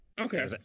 okay